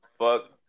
Fuck